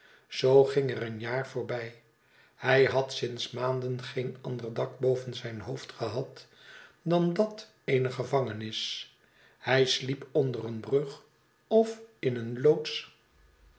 zoo ging er een jaar voorbij hy had sinds maanden geen ander dak boven zijn hoofd gehad dan dat eener gevangenis hij sliep onder een brug of in een loods